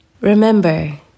Remember